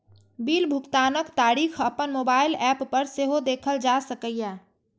bill भुगतानक तारीख अपन मोबाइल एप पर सेहो देखल जा सकैए